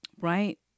Right